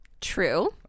True